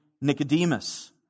Nicodemus